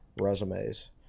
resumes